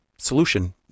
solution